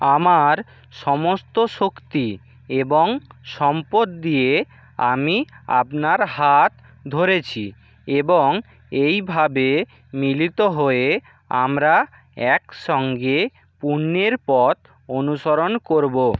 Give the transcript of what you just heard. আমার সমস্ত শক্তি এবং সম্পদ দিয়ে আমি আপনার হাত ধরেছি এবং এইভাবে মিলিত হয়ে আমরা একসঙ্গে পুণ্যের পথ অনুসরণ করবো